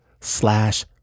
slash